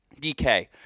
DK